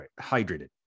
hydrated